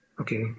Okay